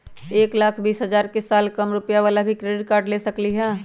एक लाख बीस हजार के साल कम रुपयावाला भी क्रेडिट कार्ड ले सकली ह?